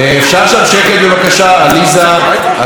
עליזה, את מפריעה לשר שלך ולכולנו.